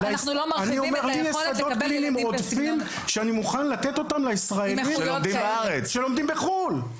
יש לי שדות קליניים עודפים ואני מוכן לתת אותם לישראלים שלומדים בחו"ל.